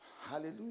Hallelujah